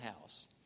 House